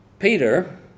Peter